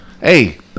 Hey